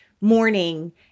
morning